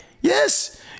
yes